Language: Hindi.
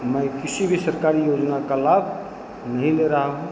मैं किसी भी सरकारी योजना का लाभ नहीं ले रहा हूँ